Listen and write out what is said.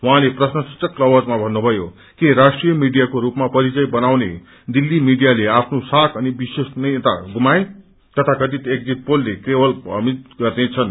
उहाँले प्रश्नसूचक लवजमा भन्नुभयो के राष्ट्रिय मीडियाको रूपमा परिचय बनाउने दिल्ली मीडियाले आफ्नो साख अनि विश्वासनीयता गुमाए तथाकथित एग्जिट पोलले केवल प्रमित गर्नेछन्